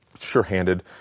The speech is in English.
sure-handed